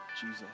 Jesus